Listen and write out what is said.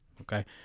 Okay